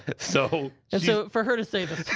so and so for her to say this